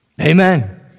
Amen